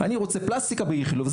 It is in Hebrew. אני רוצה פלסטיקה באיכילוב.